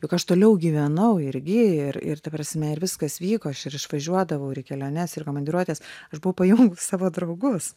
juk aš toliau gyvenau irgi ir ir ta prasme ir viskas vyko aš ir išvažiuodavau ir į keliones ir į komandiruotes aš buvau pajungusi savo draugus